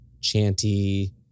chanty